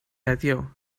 heddiw